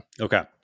Okay